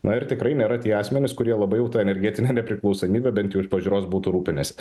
na ir tikrai nėra tie asmenys kurie labai jau ta energetine nepriklausomybe bent jau iš pažiūros būtų rūpinęsi